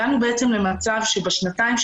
הגענו למצב שבשנתיים,